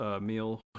meal